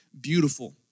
beautiful